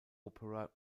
opera